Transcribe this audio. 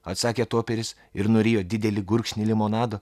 atsakė toperis ir nurijo didelį gurkšnį limonado